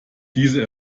diese